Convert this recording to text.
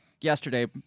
yesterday